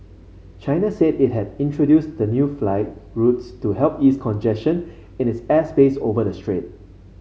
China said it had introduced the new flight routes to help ease congestion in its airspace over the strait